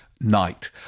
night